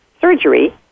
surgery